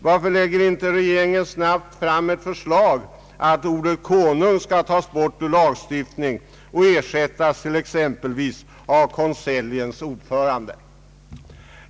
Varför lägger inte regeringen snabbt fram ett förslag att ordet konung skall tas bort ur lagstiftningen och ersättas med exempelvis konseljens ordförande?